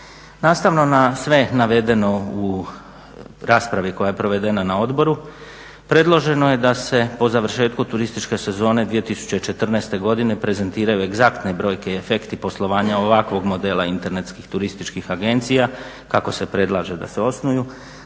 Nastavno na sve navedeno u raspravi koja je provedena na odboru predloženo je da se po završetku turističke sezone 2014.godine prezentiraju egzaktne brojke i efekti poslovanja ovakvog modela internetskih turističkih agencija kako se predlaže da se osnuju